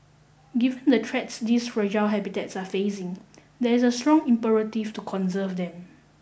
given the threats these fragile habitats are facing there is a strong imperative to conserve them